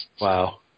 Wow